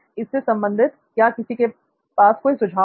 इससे संबंधित क्या किसी के कोई सुझाव है